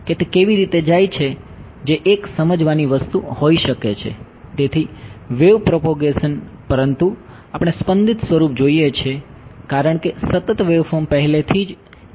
pulse સ્વરૂપ જોઈએ છે કારણ કે સતત વેવફોર્મ પહેલેથી જ છે